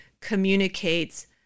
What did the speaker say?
communicates